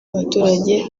abaturage